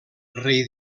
rei